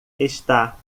está